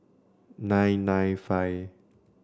nine nine five